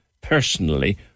personally